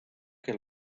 que